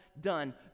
done